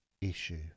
issue